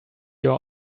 your